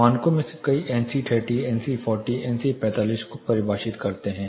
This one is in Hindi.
मानकों में से कई एनसी30 एनसी40 एनसी45 को परिभाषित करते हैं